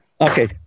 Okay